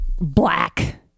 black